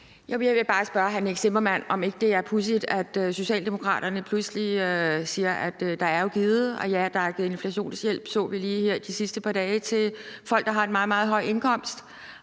Jeg vil bare spørge hr. Nick Zimmermann, om ikke det er pudsigt, at Socialdemokraterne pludselig siger, at der jo er givet hjælp. Ja, der er givet inflationshjælp, så vi lige her de sidste par dage, til folk, der har en meget, meget høj indkomst.